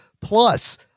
Plus